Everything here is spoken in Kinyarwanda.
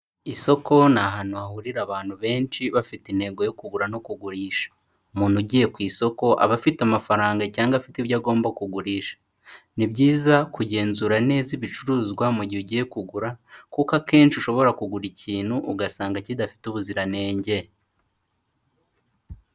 Isoko ni ahantu hahurira abantu benshi bafite intego yo kugura no kugurisha. Umuntu ugiye ku isoko aba afite amafaranga cyangwa afite ibyo agomba kugurisha. Ni byiza kugenzura neza ibicuruzwa mu gihe ugiye kugura, kuko akenshi ushobora kugura ikintu, ugasanga kidafite ubuziranenge.